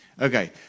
Okay